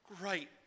great